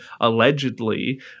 allegedly